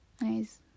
Nice